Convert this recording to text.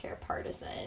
partisan